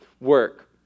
work